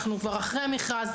אנחנו כבר אחרי המכרז.